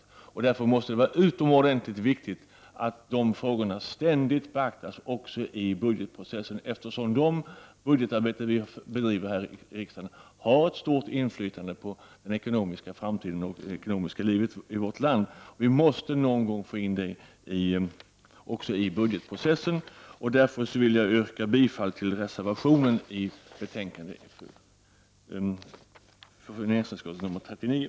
Det är därför utomordentligt viktigt att dessa frågor ständigt beaktas också i budgetprocessen, eftersom det budgetarbete som vi bedriver här i riksdagen har ett stort inflytande på den ekonomiska framtiden och det ekonomiska livet i vårt land. Vi måste någon gång också få in detta i budgetprocessen. Jag yrkar därför bifall till reservationen till finansutskottets betänkande nr 39.